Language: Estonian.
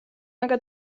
aga